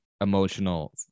emotional